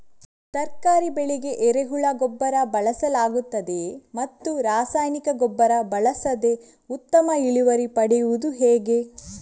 ತರಕಾರಿ ಬೆಳೆಗೆ ಎರೆಹುಳ ಗೊಬ್ಬರ ಬಳಸಲಾಗುತ್ತದೆಯೇ ಮತ್ತು ರಾಸಾಯನಿಕ ಗೊಬ್ಬರ ಬಳಸದೆ ಉತ್ತಮ ಇಳುವರಿ ಪಡೆಯುವುದು ಹೇಗೆ?